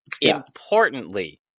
Importantly